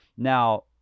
Now